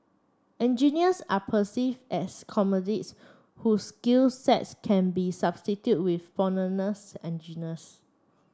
engineers are perceived as commodities whose skill sets can be substituted with foreigner's engineers